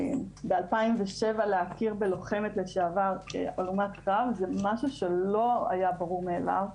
ב-2007 להכיר בלוחמת לשעבר כהלומת קרב זה משהו שלא היה ברור מאליו.